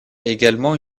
également